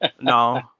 No